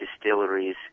distilleries